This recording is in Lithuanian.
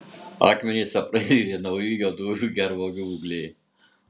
akmenis apraizgė nauji juodųjų gervuogių ūgliai